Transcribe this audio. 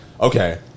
okay